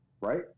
right